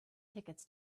tickets